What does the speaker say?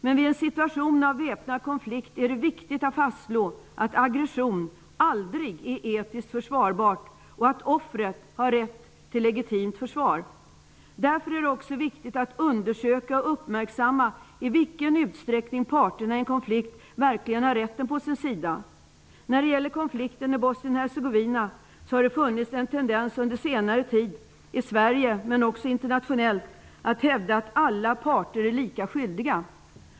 Men vid en situation av väpnad konflikt är det viktigt att fastslå att aggression aldrig är etiskt försvarbart och att offret har rätt till legitimt försvar. Därför är det också viktigt att undersöka och uppmärksamma i vilken utsträckning parterna i en konflikt verkligen har rätten på sin sida. När det gäller konflikten i Bosnien-Hercegovina har det under senare tid funnits en tendens i Sverige, men också internationellt, att hävda att alla parter är lika skyldiga.